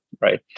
right